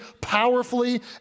powerfully